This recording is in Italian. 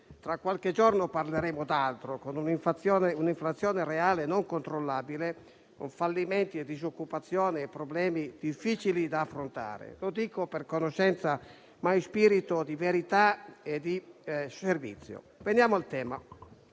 Tra qualche giorno parleremo d'altro, con un'inflazione reale non controllabile, con fallimenti, disoccupazione e problemi difficili da affrontare. Lo dico per conoscenza ma in spirito di verità e di servizio. Veniamo al tema